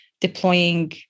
deploying